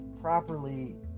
properly